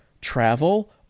travel